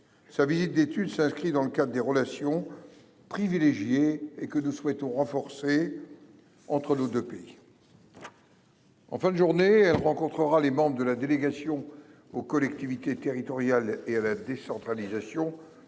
Sa visite d'étude s'inscrit dans le cadre des relations privilégiées et que nous souhaitons renforcer. Entre nos 2 pays. En fin de journée elle rencontrera les membres de la délégation aux collectivités territoriales et à la décentralisation